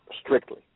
strictly